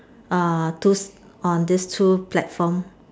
uh tooth on these two platform